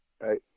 right